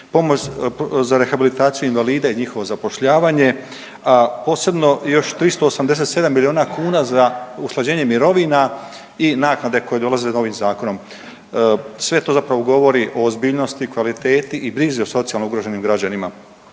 njegu, za rehabilitaciju invalida i njihovo zapošljavanje posebno još 387 milijuna kuna za usklađenje mirovina i naknade koje dolaze novim zakonom. Sve to zapravo govori o ozbiljnosti, kvaliteti i brizi za socijalno ugroženim građanima.